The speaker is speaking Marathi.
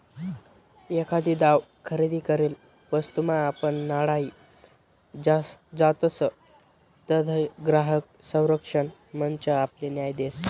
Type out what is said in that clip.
एखादी दाव खरेदी करेल वस्तूमा आपण नाडाई जातसं तधय ग्राहक संरक्षण मंच आपले न्याय देस